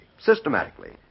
systematically